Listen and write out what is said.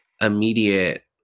immediate